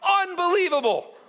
Unbelievable